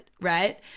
Right